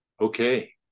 Okay